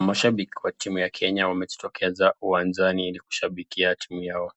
Mashabik wa timu ya Kenya wamejitokeza uwanjani ili kushabikia timu yao